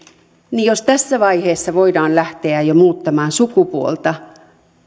jos tässä vaiheessa voidaan lähteä jo muuttamaan sukupuolta